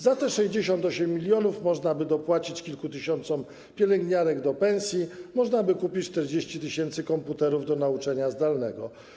Za te 68 mln można by dopłacić kilku tysiącom pielęgniarek do pensji, można być kupić 40 tys. komputerów do nauczania zdalnego.